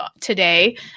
today